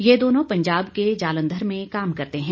ये दोनों पंजाब के जालंधर में काम करते हैं